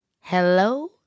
hello